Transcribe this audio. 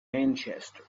manchester